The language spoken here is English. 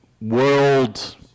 world